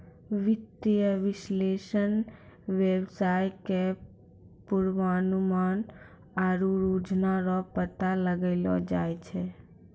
वित्तीय विश्लेषक वेवसाय के पूर्वानुमान आरु रुझान रो पता लगैलो जाय छै